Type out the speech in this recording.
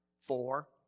Four